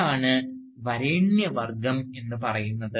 അതാണ് വരേണ്യവർഗം എന്നു പറയുന്നത്